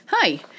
Hi